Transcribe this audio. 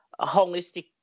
holistic